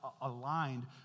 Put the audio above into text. aligned